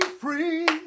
free